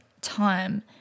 time